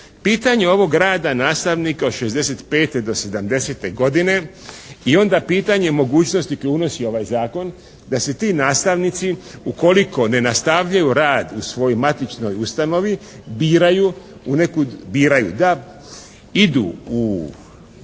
Pitanje ovog rada nastavnika od 65. do 70. godine i onda pitanje mogućnosti koje unosi ovaj zakon da se ti nastavnici ukoliko ne nastavljaju rad u svojoj matičnoj ustanovi biraju da idu u